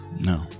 No